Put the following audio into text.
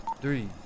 three